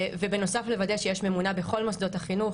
ובנוסף לוודא שיש ממונה בכל מוסדות החינוך,